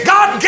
God